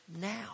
now